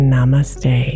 Namaste